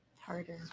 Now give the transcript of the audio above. harder